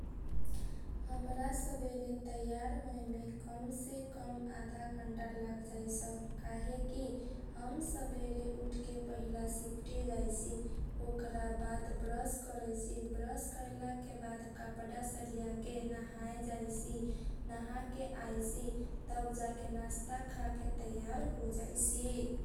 हमरा सबेरे तैयारी होखेला कमसे कम आधा घन्टा लागजैस काहेनी हम सबेरे उठके पहिला सिपटी जैसी ओकरा बाद ब्रस करैसी ब्रस कैलाके बाद कपडा सरियाके नहाए जैसी नाहा के आइसी तब जाके नास्ता खाके तैयार हो जैसी।